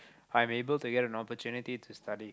I'm able to get an opportunity to study